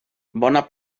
bona